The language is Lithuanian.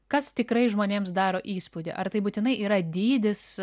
kas tikrai žmonėms daro įspūdį ar tai būtinai yra dydis